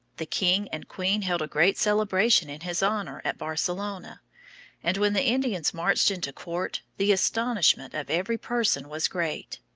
the king and queen held a great celebration in his honor at barcelona and when the indians marched into court the astonishment of every person was great.